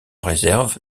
réserve